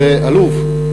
זה עלוב,